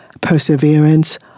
perseverance